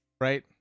right